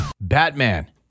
Batman